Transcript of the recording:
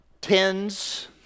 tens